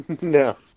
No